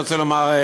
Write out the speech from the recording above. אני רוצה לומר,